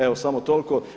Evo samo toliko.